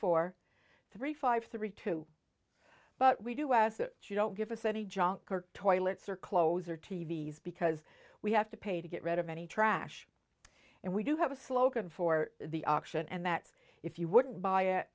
four three five three two but we do s that she don't give us any junk or toilets or closer to these because we have to pay to get rid of any trash and we do have a slogan for the auction and that if you wouldn't buy it